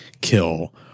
kill